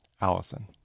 Allison